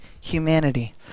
humanity